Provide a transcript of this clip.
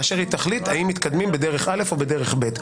כאשר היא תחליט האם מתקדמים בדרך א' או בדרך ב'.